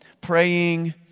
praying